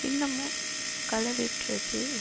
இன்னமும் களை வெட்டுறது